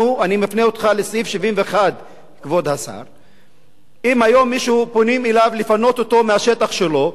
אני מפנה אותך לסעיף 71. אם היום פונים למישהו לפנות אותו מהשטח שלו,